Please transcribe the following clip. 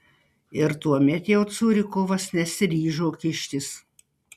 ir tuomet jau curikovas nesiryžo kištis